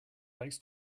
likes